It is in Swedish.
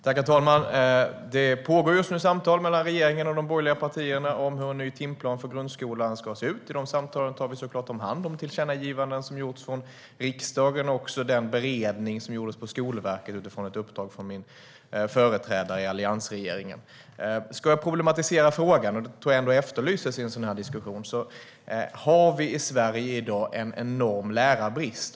Herr talman! Det pågår just nu samtal mellan regeringen och de borgerliga partierna om hur en ny timplan för grundskolan ska se ut. I de samtalen tar vi såklart hand om tillkännagivanden som gjorts av riksdagen och också den beredning som gjordes på Skolverket utifrån ett uppdrag från min företrädare i alliansregeringen. Jag ska problematisera frågan - det tror jag ändå efterlyses i en sådan här diskussion. Vi har i Sverige i dag en enorm lärarbrist.